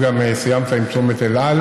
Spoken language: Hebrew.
תודה,